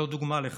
הוא דוגמה לכך.